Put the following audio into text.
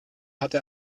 hatte